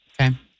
Okay